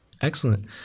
Excellent